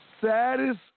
saddest